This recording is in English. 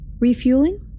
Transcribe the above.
refueling